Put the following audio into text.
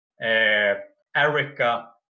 Erica